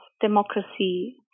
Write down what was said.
democracy